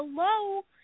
Hello –